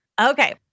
Okay